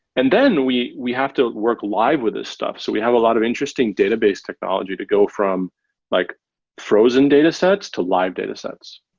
and then we we have to work live with this stuff. so we have a lot of interesting database technology to go from like frozen datasets to live datasets,